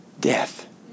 death